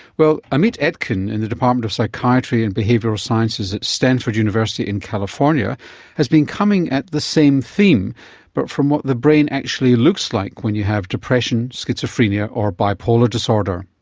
well, amit etkin in the department of psychiatry and behavioural sciences at stanford university in california has been coming at the same theme but from what the brain actually looks like when you have depression, schizophrenia or bipolar disorder.